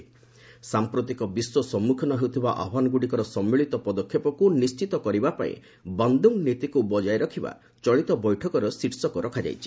'ସାମ୍ପ୍ରତିକ ବିଶ୍ୱ ସମ୍ମୁଖୀନ ହେଉଥିବା ଆହ୍ୱାନଗୁଡ଼ିକର ସମ୍ମିଳୀତ ପଦକ୍ଷେପକୁ ନିଣ୍ଢିତ କରିବା ପାଇଁ ବନ୍ଦୁଙ୍ଗ୍ ନୀତିକୁ ବକାୟ ରଖିବା' ଚଳିତ ବୈଠକରେ ଶୀର୍ଷକ ରଖାଯାଇଛି